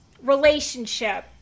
relationship